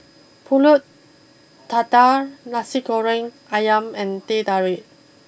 Pulut Tatal Nasi Goreng Ayam and Teh Tarik